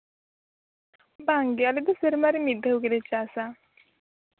ᱵᱟᱝᱜᱮ ᱟᱞᱮ ᱫᱚ ᱥᱮᱨᱢᱟ ᱨᱮ ᱢᱤᱫ ᱫᱷᱟᱣ ᱜᱮᱞᱮ ᱪᱟᱥᱼᱟ